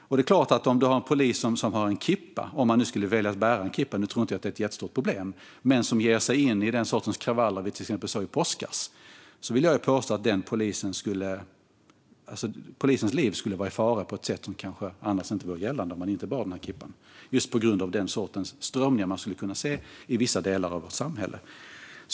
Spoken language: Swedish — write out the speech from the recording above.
Om en polis som har valt att bära kippa - nu tror jag inte att det är ett jättestort problem - skulle ge sig in i den sorts kravaller vi till exempel såg i påskas vill jag påstå att den polisens liv skulle vara i fara på ett sätt som kanske inte skulle ha varit gällande utan kippan, just på grund av den sorts strömningar man kan se i vissa delar av vårt samhälle.